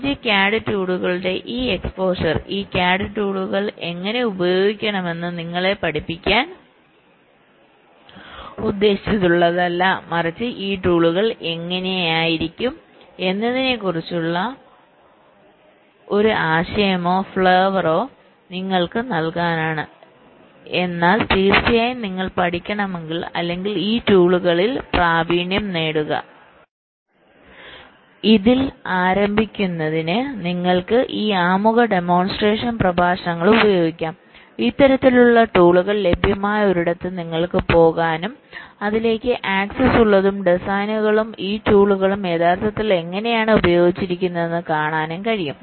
വാണിജ്യ CAD ടൂളുകളുടെ ഈ എക്സ്പോഷർ ഈ CAD ടൂളുകൾ എങ്ങനെ ഉപയോഗിക്കണമെന്ന് നിങ്ങളെ പഠിപ്പിക്കാൻ ഉദ്ദേശിച്ചുള്ളതല്ല മറിച്ച് ഈ ടൂളുകൾ എങ്ങനെയിരിക്കും എന്നതിനെക്കുറിച്ചുള്ള ഒരു ആശയമോ ഫ്ളവറോ നിങ്ങൾക്ക് നൽകാനാണ് എന്നാൽ തീർച്ചയായും നിങ്ങൾക്ക് പഠിക്കണമെങ്കിൽ അല്ലെങ്കിൽ ഈ ടൂളുകളിൽ പ്രാവീണ്യം നേടുക ഇതിൽ ആരംഭിക്കുന്നതിന് നിങ്ങൾക്ക് ഈ ആമുഖ ഡെമോൺസ്ട്രേഷൻ പ്രഭാഷണങ്ങൾ ഉപയോഗിക്കാം ഇത്തരത്തിലുള്ള ടൂളുകൾ ലഭ്യമായ ഒരിടത്ത് നിങ്ങൾക്ക് പോകാനും അതിലേക്ക് ആക്സസ് ഉള്ളതും ഡിസൈനുകളും ഈ ടൂളുകളും യഥാർത്ഥത്തിൽ എങ്ങനെയാണ് ഉപയോഗിച്ചിരിക്കുന്നതെന്ന് കാണാനും കഴിയും